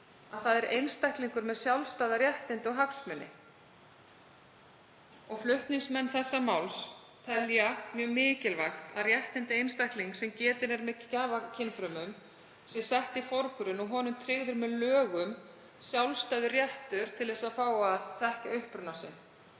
að það er einstaklingur með sjálfstæð réttindi og hagsmuni.“ Flutningsmenn þessa máls telja mjög mikilvægt að réttindi einstaklings sem getinn er með gjafakynfrumum séu sett í forgrunn og að honum sé tryggður með lögum sjálfstæður réttur til að fá að þekkja uppruna sinn.